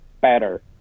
better